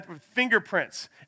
fingerprints